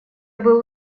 был